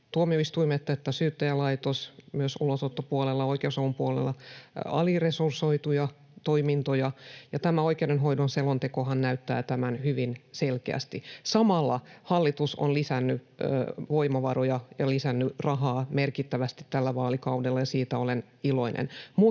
tuomioistuimet että Syyttäjälaitos, myös ulosottopuolella ja oikeusavun puolella aliresursoituja toimintoja, ja tämä oikeudenhoidon selontekohan näyttää tämän hyvin selkeästi. Samalla hallitus on lisännyt voimavaroja ja lisännyt rahaa merkittävästi tällä vaalikaudella, ja siitä olen iloinen,